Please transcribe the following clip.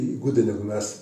įgudę negu mes